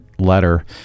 letter